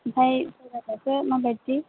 ओमफ्राय जायगाफ्रासो माबायदि